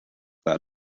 that